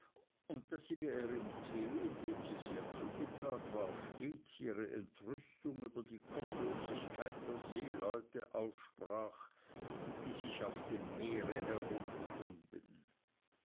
und daß sie bei ihrem tee dem sie sehr zugetan war stets ihre entrüstung über die gottlosigkeit der seeleute aussprach die sich auf dem meere herumtrieben